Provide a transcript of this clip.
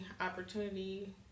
opportunity